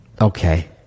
Okay